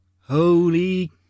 Holy